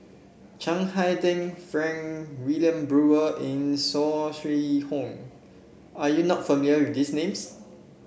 Chiang Hai Ding Frank Wilmin Brewer and Saw Swee Hock are you not familiar with these names